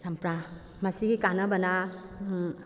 ꯆꯝꯄ꯭ꯔꯥ ꯃꯁꯤꯒꯤ ꯀꯥꯟꯅꯕꯅ